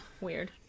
Weird